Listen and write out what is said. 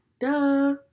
duh